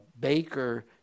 baker